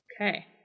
Okay